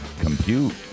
compute